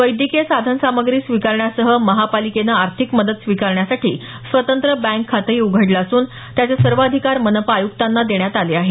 वैद्यकीय साधन सामग्री स्वीकारण्यासह महापालिकेनं आर्थिक मदत स्वीकारण्यासाठी स्वतंत्र बँक खातही उघडलं असून त्याचे सर्व अधिकार मनपा आयुक्तांना देण्यात आले आहेत